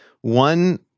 one